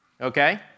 Okay